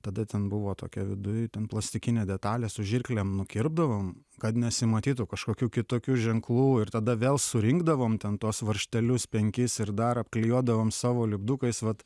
tada ten buvo tokia viduj ten plastikinė detalė su žirklėm nukirpdavom kad nesimatytų kažkokių kitokių ženklų ir tada vėl surinkdavom ten tuos varžtelius penkis ir dar apklijuodavom savo lipdukais vat